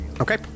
Okay